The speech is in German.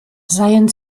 seien